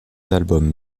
albums